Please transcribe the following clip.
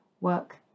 work